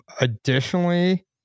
additionally